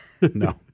No